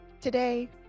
Today